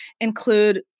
include